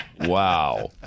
Wow